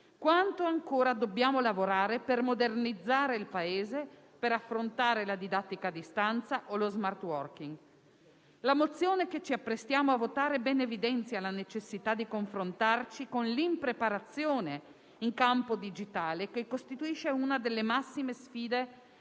quanto ancora dobbiamo lavorare per modernizzare il Paese per affrontare la didattica a distanza o lo *smart working.* La mozione che ci apprestiamo a votare ben evidenzia la necessità di confrontarci con l'impreparazione in campo digitale, che costituisce una delle massime sfide